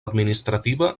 administrativa